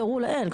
ותוארו לעיל.